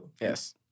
Yes